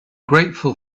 grateful